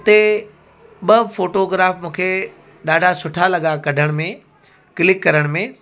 उते ॿ photograph मूंखे ॾाढा सुठा लॻा कढण में क्लिक करण में